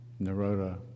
Naroda